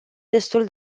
destul